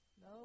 No